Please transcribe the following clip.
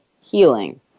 healing